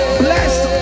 blessed